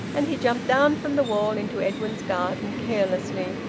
and he jumped down from the wall into edwin's garden, carelessly,